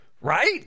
right